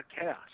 chaos